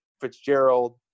Fitzgerald